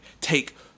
take